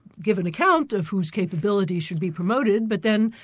give an account of whose capability should be promoted, but then,